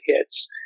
hits